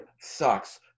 sucks